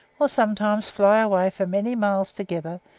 or sometimes fly away for many miles together,